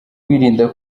kwirinda